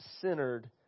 centered